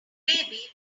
maybe